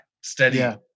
Steady